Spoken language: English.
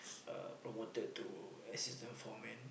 uh promoted to assistant for man